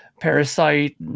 Parasite